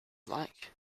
like